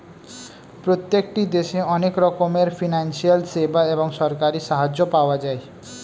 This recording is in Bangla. প্রত্যেকটি দেশে অনেক রকমের ফিনান্সিয়াল সেবা এবং সরকারি সাহায্য পাওয়া যায়